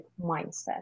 mindset